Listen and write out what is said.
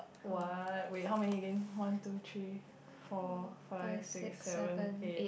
what wait how many game one two three four five six seven eight